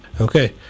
okay